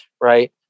right